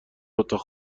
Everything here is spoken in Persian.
اتاق